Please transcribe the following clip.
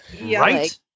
Right